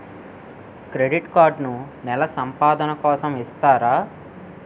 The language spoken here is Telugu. క్రెడిట్ కార్డ్ నెల సంపాదన కోసం ఇస్తారా?